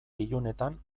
ilunetan